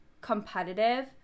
competitive